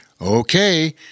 Okay